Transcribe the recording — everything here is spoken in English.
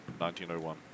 1901